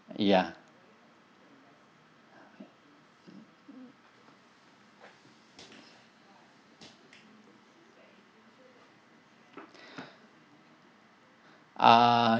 ya uh